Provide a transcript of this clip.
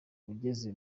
ugeze